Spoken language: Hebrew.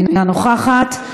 אינה נוכחת.